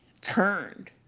turned